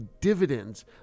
dividends